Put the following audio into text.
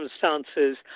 circumstances